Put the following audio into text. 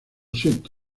siento